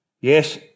Yes